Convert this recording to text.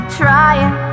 trying